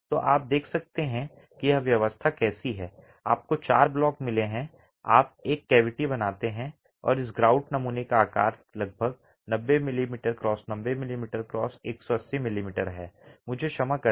तो आप देख सकते हैं कि यह व्यवस्था कैसी है आपको चार ब्लॉक मिले हैं आप एक कैविटी बनाते हैं और इस ग्राउट नमूने का आकार लगभग 90 मिमी x 90 मिमी x 180 मिमी है मुझे क्षमा करें